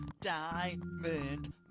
Diamond